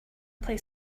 play